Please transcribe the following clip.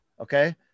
Okay